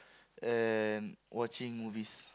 and watching movies